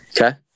Okay